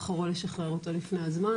בחרו לשחרר אותו לפני הזמן,